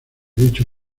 dicho